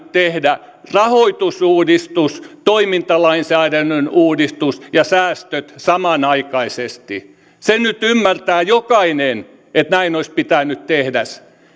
tehdä rahoitusuudistus toimintalainsäädännön uudistus ja säästöt samanaikaisesti sen nyt ymmärtää jokainen että näin olisi pitänyt tehdä